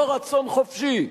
לא רצון חופשי.